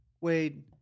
Wade